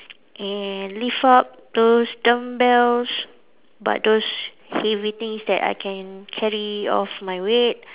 and lift up those dumbbells but those heavy things that I can carry off my weight